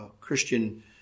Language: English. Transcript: Christian